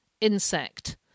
insect